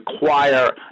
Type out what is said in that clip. require